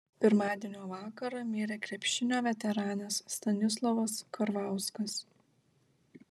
pirmadienio vakarą mirė krepšinio veteranas stanislovas karvauskas